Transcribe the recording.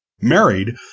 married